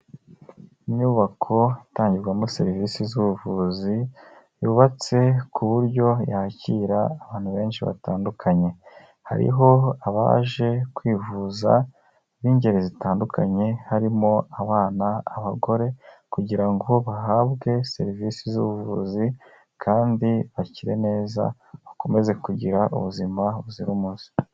Inyubako itangirwamo serivisi z'ubuvuzi yubatse ku buryo yakira abantu benshi batandukanye, hariho abaje kwivuza b'ingeri zitandukanye harimo abana, abagore, kugira ngo bahabwe serivisi z'ubuvuzi kandi bakire neza bakomeze kugira ubuzima buzira umuze.